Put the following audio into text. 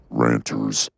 ranters